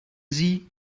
sie